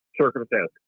circumstance